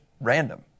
random